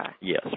Yes